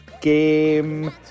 game